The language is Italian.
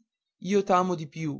infinita io t'amo di più